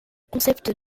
concept